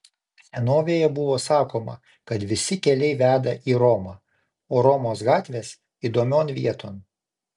senovėje buvo sakoma kad visi keliai veda į romą o romos gatvės įdomion vieton